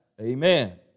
Amen